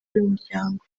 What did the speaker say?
y’umuryango